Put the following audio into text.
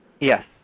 Yes